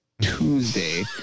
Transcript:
Tuesday